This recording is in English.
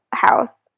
House